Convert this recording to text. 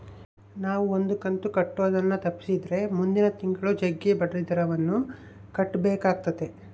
ನಾವು ಒಂದು ಕಂತು ಕಟ್ಟುದನ್ನ ತಪ್ಪಿಸಿದ್ರೆ ಮುಂದಿನ ತಿಂಗಳು ಜಗ್ಗಿ ಬಡ್ಡಿದರವನ್ನ ಕಟ್ಟಬೇಕಾತತೆ